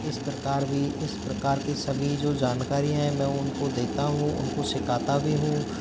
इस प्रकार भी इस प्रकार के सभी ज़ो जानकारी हैं मैं उन को देता हूँ उन को सिखाता भी हूँ